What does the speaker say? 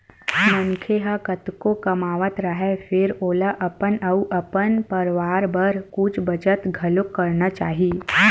मनखे ह कतको कमावत राहय फेर ओला अपन अउ अपन परवार बर कुछ बचत घलोक करना चाही